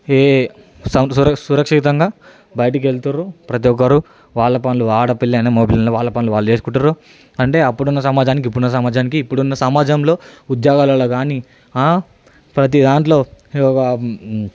సం సు సు సురక్షితంగా బయటికెళ్తుండ్రు ప్రతి ఒక్కరు వాళ్ళ పనులు ఆడ పిల్లైనా మగ పిల్ల వాడైన వాళ్ళ పనులు వాళ్ళు చేసుకుంటుర్రు అంటే అప్పుడున్న సమాజానికి ఇప్పుడున్న సమాజానికి ఇప్పుడున్న సమాజంలో ఉద్యోగాలలో కాని ప్రతి దాంట్లో